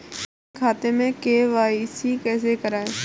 अपने खाते में के.वाई.सी कैसे कराएँ?